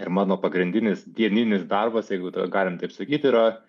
ir mano pagrindinis dieninis darbas jeigu galim taip sakyt yra